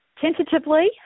tentatively